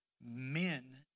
Men